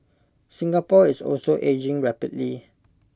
Singapore is also ageing rapidly